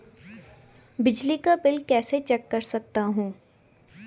बिजली का बिल कैसे चेक कर सकता हूँ?